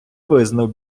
визнав